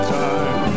time